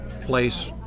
place